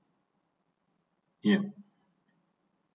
yup